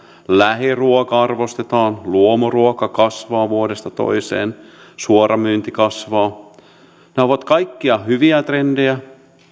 lähiruokaa arvostetaan luomuruoka kasvaa vuodesta toiseen suoramyynti kasvaa ne ovat kaikki hyviä trendejä ja